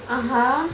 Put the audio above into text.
(uh huh)